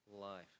life